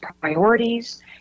priorities